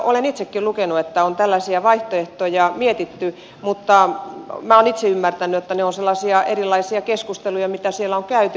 olen itsekin lukenut että julkisuudessa on tällaisia vaihtoehtoja mietitty mutta minä olen itse ymmärtänyt että ne ovat sellaisia erilaisia keskusteluja mitä siellä on käyty